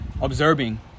observing